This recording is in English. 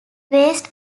raised